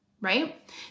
right